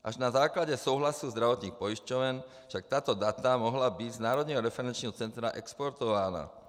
Až na základě souhlasu zdravotních pojišťoven však tato data mohla být z Národního referenčního centra exportována.